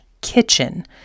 kitchen